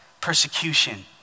persecution